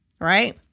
right